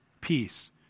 peace